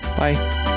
Bye